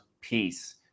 peace